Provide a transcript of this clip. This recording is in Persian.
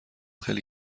خیلی